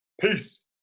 Peace